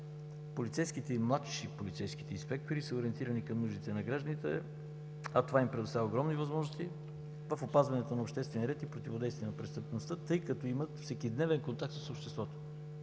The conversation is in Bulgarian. младши полицейските инспектори са ориентирани към нуждите на гражданите. Това им предоставя огромни възможности в опазването на обществения ред и противодействие на престъпността, тъй като имат всекидневен контакт с обществото.